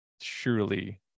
surely